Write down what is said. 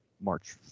March